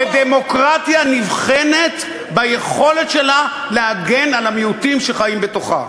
ודמוקרטיה נבחנת ביכולת שלה להגן על המיעוטים שחיים בתוכה.